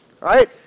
Right